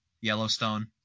Yellowstone